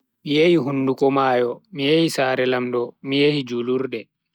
Mi yehi hunduko mayo, mi yehi sare lamdo, mi yehi julurde.